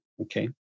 Okay